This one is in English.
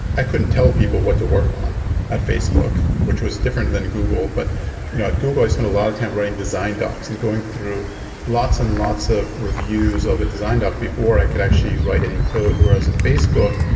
i couldn't tell people what to work on at facebook, which was different than google. but you know at google, i spent a lot of time writing design docs and going through lots and lots of reviews of a design doc before i could actually write any code. whereas at facebook,